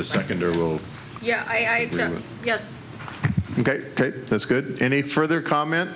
a secondary will yeah i guess that's good any further comment